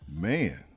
Man